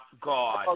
God